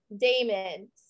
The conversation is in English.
Damon